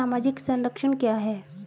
सामाजिक संरक्षण क्या है?